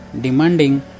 demanding